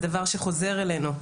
זה דבר שחוזר אלינו.